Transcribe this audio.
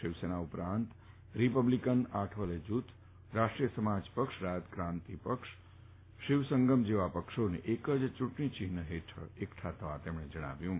શિવસેના ઉપરાંત રીપબ્લીકન આઠવલે જુથ રાષ્ટ્રીય સમાજ પક્ષ રાયત ક્રાંતિ સેના શિવ સંગમ જેવા પક્ષોને એક જ યુંટણી ચિહ્ન હેઠળ એકઠા થવા તેમણે જણાવ્યું હતું